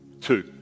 Two